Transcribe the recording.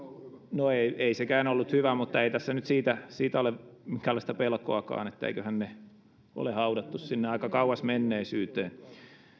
no ei ei sekään ollut hyvä mutta ei tässä nyt siitä siitä ole minkäänlaista pelkoakaan eiköhän ne ole haudattu sinne aika kauas menneisyyteen